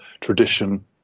tradition